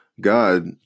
God